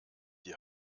die